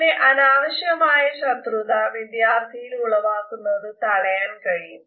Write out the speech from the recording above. അങ്ങനെ അനാവശ്യമായ ശത്രുത വിദ്യാർത്ഥിയിൽ ഉളവാക്കുന്നത് തടയാൻ കഴിയും